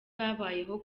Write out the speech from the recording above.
babayeho